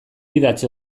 idatzi